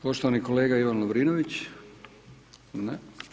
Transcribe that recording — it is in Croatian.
Poštovani kolega Ivan Lovrinović, ne.